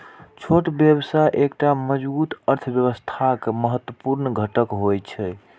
छोट व्यवसाय एकटा मजबूत अर्थव्यवस्थाक महत्वपूर्ण घटक होइ छै